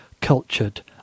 cultured